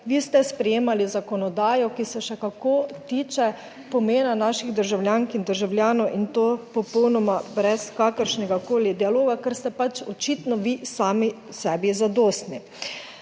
vi ste sprejemali zakonodajo, ki se še kako tiče pomena naših državljank in državljanov in to popolnoma brez kakršnegakoli dialoga, ker ste pač očitno vi sami sebi zadostni.